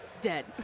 dead